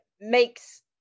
makes